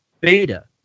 beta